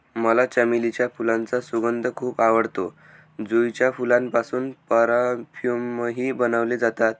मला चमेलीच्या फुलांचा सुगंध खूप आवडतो, जुईच्या फुलांपासून परफ्यूमही बनवले जातात